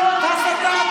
זאת הסתה.